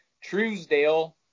Truesdale